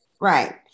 Right